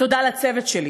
תודה לצוות שלי,